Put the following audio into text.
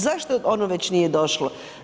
Zašto ono već nije došlo?